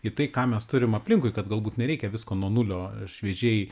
į tai ką mes turim aplinkui kad galbūt nereikia visko nuo nulio šviežiai